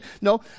No